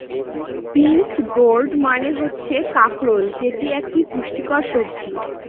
spiny gourd মানে হচ্ছে কাঁকরোল যেটি একটি পুষ্টিকর সবজি